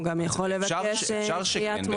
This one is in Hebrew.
הוא גם יכול לבקש דחיית מועד דיון.